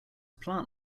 plant